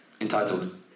Entitled